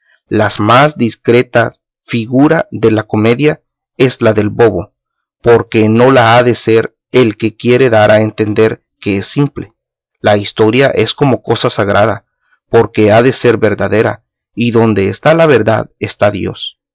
la más discreta figura de la comedia es la del bobo porque no lo ha de ser el que quiere dar a entender que es simple la historia es como cosa sagrada porque ha de ser verdadera y donde está la verdad está dios